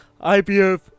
IPF